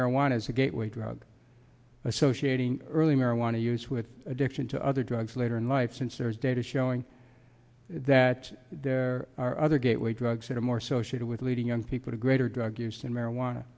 marijuana as a gateway drug associated early marijuana use with addiction to other drugs later in life since there is data showing that there are other gateway drugs that are more social with leading young people to greater drug use than marijuana